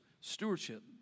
stewardship